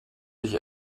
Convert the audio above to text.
dich